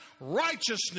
Righteousness